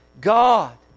God